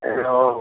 hello